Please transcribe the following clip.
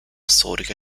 storica